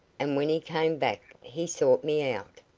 and when he came back he sought me out.